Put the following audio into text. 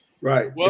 Right